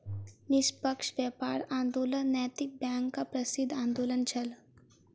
निष्पक्ष व्यापार आंदोलन नैतिक बैंकक प्रसिद्ध आंदोलन छल